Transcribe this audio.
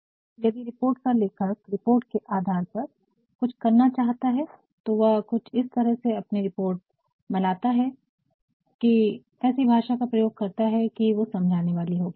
क्योकि यदि रिपोर्ट का लेखक रिपोर्ट के आधार पर कुछ करना चाहता हैं तो वह कुछ इस तरह से अपनी रिपोर्ट बनाता है कि ऐसी भाषा का प्रयोग करता हैं कि वो समझाने वाली होगी